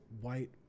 white